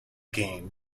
gain